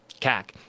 CAC